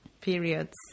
periods